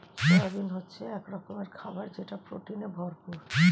soybean হচ্ছে এক রকমের খাবার যেটা প্রোটিনে ভরপুর